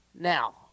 Now